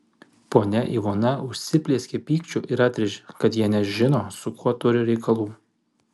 ponia ivona užsiplieskė pykčiu ir atrėžė kad jie nežino su kuo turi reikalų